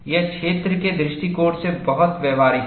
यह क्षेत्र के दृष्टिकोण से बहुत व्यावहारिक है